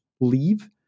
leave